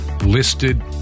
listed